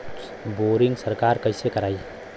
Boring सरकार कईसे करायी?